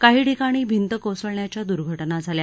काही ठिकाणी भिंत कोसळण्याच्या दुर्घटना झाल्या